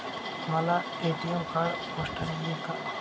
मला ATM card पोस्टाने येईल का?